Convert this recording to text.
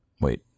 Wait